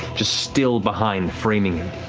just still behind, framing.